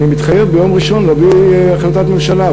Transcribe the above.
אני מתחייב ביום ראשון להביא החלטת ממשלה.